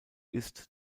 ist